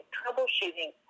troubleshooting